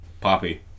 poppy